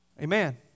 Amen